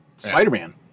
Spider-Man